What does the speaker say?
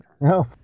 No